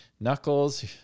knuckles